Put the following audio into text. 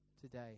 today